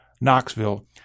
Knoxville